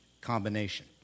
combination